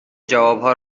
جوابها